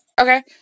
Okay